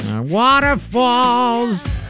Waterfalls